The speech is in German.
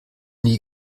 nie